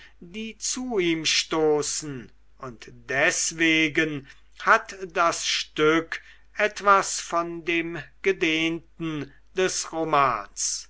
die zu ihm stoßen und deswegen hat das stück etwas von dem gedehnten des romans